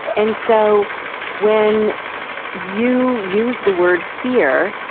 and so when you use the word fear,